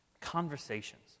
conversations